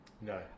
no